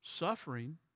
Suffering